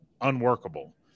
unworkable